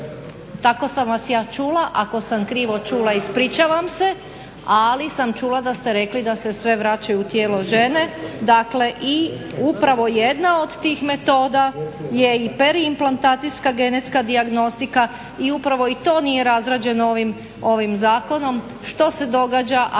Tako sam vas ja čula, ako sam krivo čula ispričavam se. Ali sam čula da ste rekli da se sve vraćaju u tijelo žene. Dakle, i upravo jedna od tih metoda je i periimplantacijska genetska dijagnostika i upravo i to nije razrađeno ovim zakonom. Što se događa